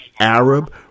Arab